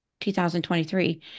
2023